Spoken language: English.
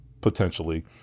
potentially